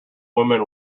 woman